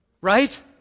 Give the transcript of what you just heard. Right